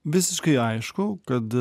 visiškai aišku kad